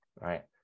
right